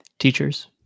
Teachers